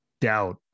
doubt